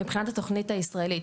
מבחינת התכנית הישראלית,